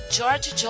George